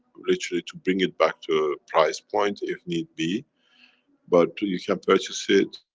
literally, to bring it back to a price point, if need be but too you can purchase it.